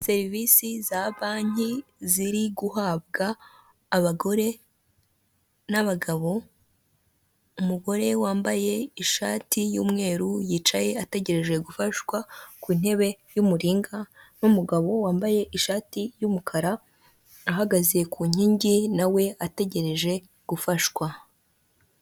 Serivisi za banki ziri guhabwa abagore n'abagabo umugore wambaye ishati y'umweru yicaye ategereje gufashwa ku ntebe y'umuringa n'umugabo wambaye ishati y'umukara ahagaze ku nkingi na we ategereje gufashwa.